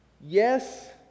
Yes